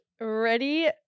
ready